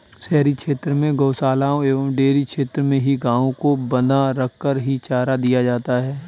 शहरी क्षेत्र में गोशालाओं एवं डेयरी क्षेत्र में ही गायों को बँधा रखकर ही चारा दिया जाता है